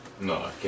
No